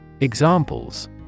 Examples